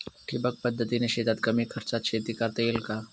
ठिबक पद्धतीने शेतात कमी खर्चात शेती करता येईल का?